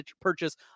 purchase